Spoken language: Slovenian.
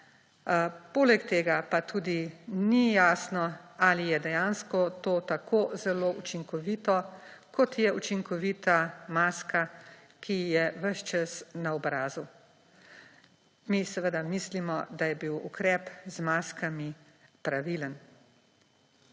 Poleg tega pa tudi ni jasno, ali je dejansko to tako zelo učinkovito, kot je učinkovita maska, ki je ves čas na obrazu. Mi seveda mislimo, da je bil ukrep z maskami pravilen.